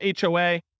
HOA